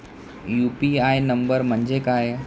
UPI number म्हणजे काय?